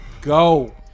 go